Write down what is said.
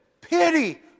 pity